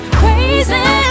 crazy